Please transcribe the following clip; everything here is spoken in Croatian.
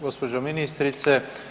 Gospođo ministrice.